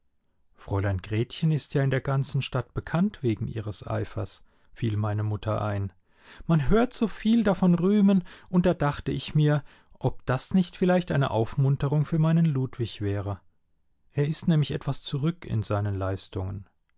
fräulein gretchen ist ja in der ganzen stadt bekannt wegen ihres eifers fiel meine mutter ein man hört so viel davon rühmen und da dachte ich mir ob das nicht vielleicht eine aufmunterung für meinen ludwig wäre er ist nämlich etwas zurück in seinen leistungen